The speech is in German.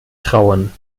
trauen